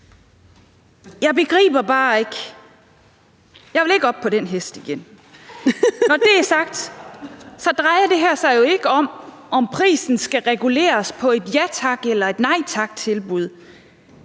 Jeg begriber det bare ikke. Jeg vil ikke op på den hest igen. Når det er sagt, så drejer det her sig jo ikke om, om prisen skal reguleres på et ja tak- eller et nej tak-tilbud.